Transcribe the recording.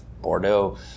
Bordeaux